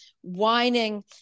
whining